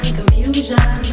confusion